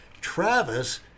Travis